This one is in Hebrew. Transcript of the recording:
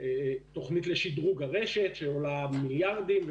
תוכנית לשדרוג הרשת שעולה מיליארדים,